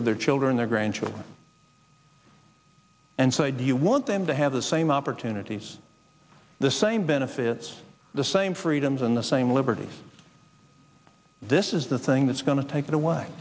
of their children their grandchildren and so i do you want them to have the same opportunities the same benefits the same freedoms and the same liberties this is the thing that's going to take away